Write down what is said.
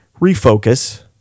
refocus